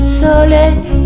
soleil